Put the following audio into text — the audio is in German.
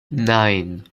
nein